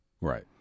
Right